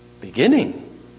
beginning